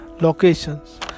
locations